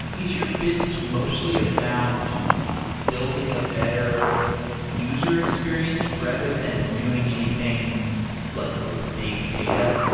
is your business mostly about building a better user experience rather than doing anything like with big data?